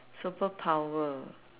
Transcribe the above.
superpower